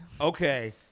Okay